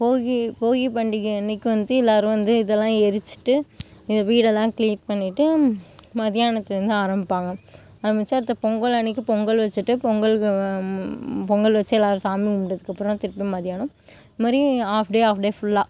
போகி போகி பண்டிகை அன்னைக்கு வந்து எல்லோரும் வந்து இதலாம் எரிச்சுட்டு இது வீடல்லாம் கிளீன் பண்ணிவிட்டு மதியானத்துலேருந்து ஆரம்மிப்பாங்க ஆரம்மிச்சி அடுத்த பொங்கல் அன்னைக்கு பொங்கல் வச்சுட்டு பொங்கலுக்கு பொங்கல் வச்சு எல்லோரும் சாமி கும்பிட்டதுக்கு அப்புறம் தான் திருப்பி மதியானம் இந்த மாரி ஹாஃப் டே ஹாஃப் டே ஃபுல்லாக